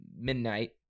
midnight